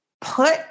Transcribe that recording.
put